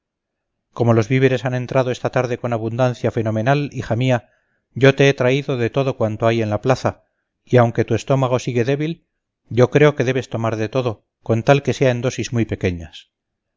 como los víveres han entrado esta tarde con abundancia fenomenal hija mía yo te he traído de todo cuanto hay en la plaza y aunque tu estómago sigue débil yo creo que debes tomar de todo con tal que sea en dosis muy pequeñas